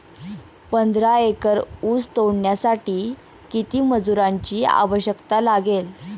पंधरा एकर ऊस तोडण्यासाठी किती मजुरांची आवश्यकता लागेल?